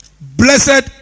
blessed